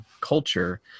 Culture